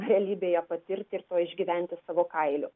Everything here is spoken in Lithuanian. realybėje patirti ir to išgyventi savo kailiu